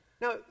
Now